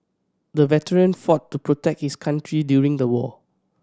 the veteran fought to protect his country during the war